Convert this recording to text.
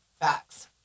Facts